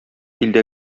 илдә